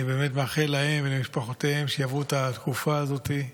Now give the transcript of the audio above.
אני באמת מאחל להם ולמשפחותיהם שיעברו את התקופה הזאת.